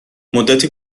مدتی